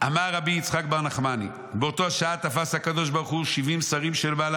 "אמר רבי יצחק בר נחמני באותה שעה תפס הקדוש ברוך הוא שבעים שרים שלמעלה